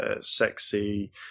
sexy